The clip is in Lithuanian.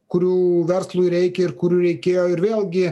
kurių verslui reikia ir kurių reikėjo ir vėlgi